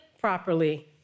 properly